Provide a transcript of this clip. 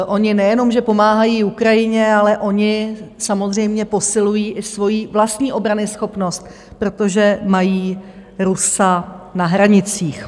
Oni nejenom že pomáhají Ukrajině, ale oni samozřejmě posilují i svoji vlastní obranyschopnost, protože mají Rusa na hranicích.